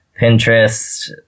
Pinterest